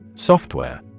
Software